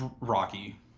Rocky